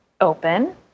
open